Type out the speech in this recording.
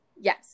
yes